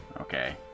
Okay